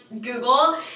Google